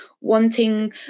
wanting